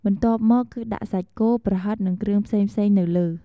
បន្ទាប់មកគឺដាក់សាច់គោ ប្រហិត និង គ្រឿងផ្សេងៗនៅលើ។